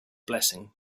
blessing